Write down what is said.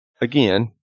again